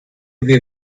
wir